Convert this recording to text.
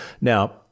Now